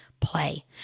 play